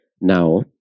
now